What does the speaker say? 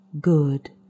Good